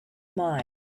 mind